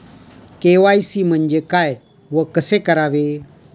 KYC म्हणजे काय व कसे करावे?